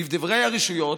לדברי הרשויות,